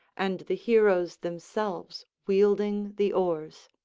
and the heroes themselves wielding the oars.